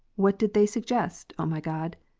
what did they suggest, o my god?